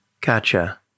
gotcha